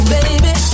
Baby